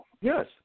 Yes